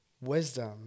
wisdom